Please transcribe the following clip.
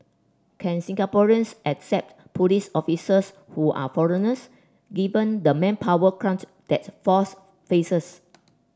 can Singaporeans accept police officers who are foreigners given the manpower crunch that force faces